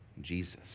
Jesus